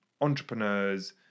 entrepreneurs